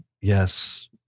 yes